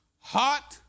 hot